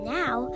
now